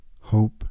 hope